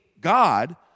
God